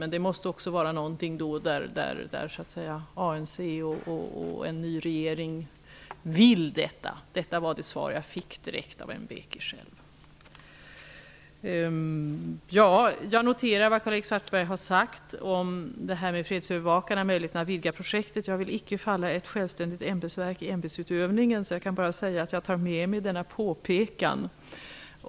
Men det måste vara någonting som både ANC och en ny regering vill. Det var det svar jag fick direkt av Mbeki själv. Jag noterar vad Karl-Erik Svartberg har sagt om fredsövervakarna och möjligheten att vidga projektet. Jag vill inte falla ett självständigt ämbetsverk i ämbetsutövningen. Jag kan bara säga att jag tar med mig denna påpekan.